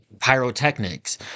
pyrotechnics